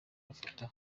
bafata